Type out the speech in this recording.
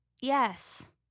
yes